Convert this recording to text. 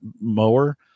mower